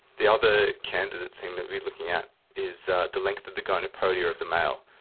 the other candidate thing that we're looking at is the length of the gonapodia of the male.